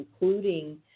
including